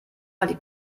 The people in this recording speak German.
liegt